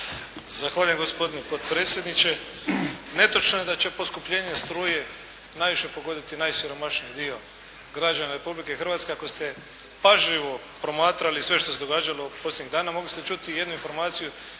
Zahvaljujem gospodine potpredsjedniče. Netočno je da će poskupljenje struje najviše pogoditi najsiromašniji dio građana Republike Hrvatske. Ako ste pažljivo promatrali sve što se događalo posljednjih dana mogli ste čuti i jednu informaciju